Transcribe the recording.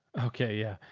okay. yeah.